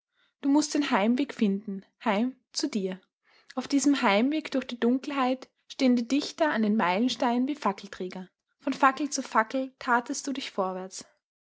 du mußt den heimweg finden heim zu dir auf diesem heimweg durch die dunkelheit stehen die dichter an den meilensteinen wie fackelträger von fackel zu fackel tastest du dich vorwärts